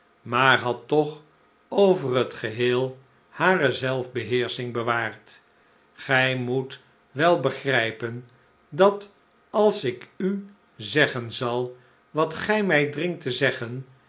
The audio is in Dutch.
maar had toch over het geheel hare zelfbeheersching bewaard gij moet wel begrijpen dat als ik u zeggen zal wat gij mij dringt te zeggen